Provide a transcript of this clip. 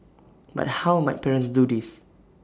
but how might parents do this